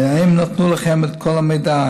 האם נתנו לכם את כל המידע?